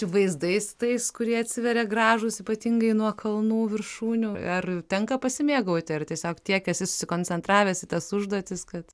vaizdais tais kurie atsiveria gražūs ypatingai nuo kalnų viršūnių ar tenka pasimėgauti ar tiesiog tiek esi susikoncentravęs į tas užduotis kad